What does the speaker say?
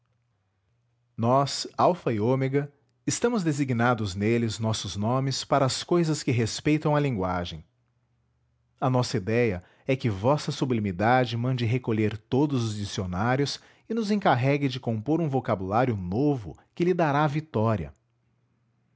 nós alfa e ômega estamos designados neles nossos nomes para as cousas que respeitam à linguagem a nossa idéia é que vossa sublimidade mande recolher todos os dicionários e nos encarregue de compor um vocabulário novo que lhe dará a vitória